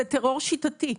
זה טרור שיטתי,